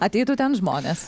ateitų ten žmonės